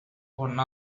one